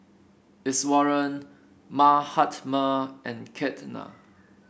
Iswaran Mahatma and Ketna